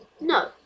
no